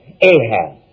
Ahab